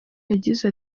yagize